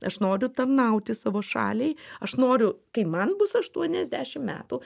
aš noriu tarnauti savo šaliai aš noriu kai man bus aštuoniasdešimt metų